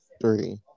three